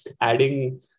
adding